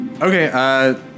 Okay